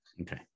Okay